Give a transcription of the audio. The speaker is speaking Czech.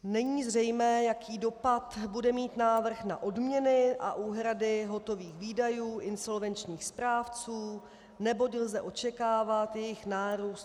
Není zřejmé, jaký dopad bude mít návrh na odměny a úhrady hotových výdajů insolvenčních správců, neboť lze očekávat jejich nárůst.